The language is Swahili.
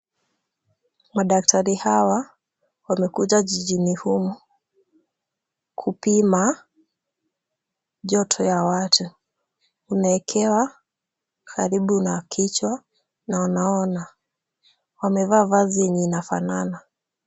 Madaktari hawa wamekuja jijini humu kupima joto ya watu. Unawekewa karibu na kichwa na wanaona. Wamevaa vazi yenye inafanana.